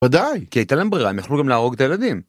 ודאי, כי הייתה להם ברירה, הם יכלו גם להרוג את הילדים.